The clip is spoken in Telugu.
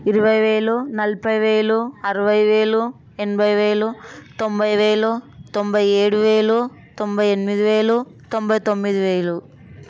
ఇరవై వేలు నలభై వేలు అరవై వేలు ఎనభై వేలు తొంభై వేలు తొంభై ఏడు వేలు తొంభై ఎనిమిది వేలు తొంభై తొమ్మిది వేలు